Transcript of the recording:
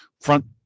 front